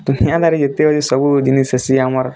ଦୁଖିଆ ଦାରି ଯେତେ ଅଛି ସବୁ ଜିନିଷ୍ ଅସି ଆମର୍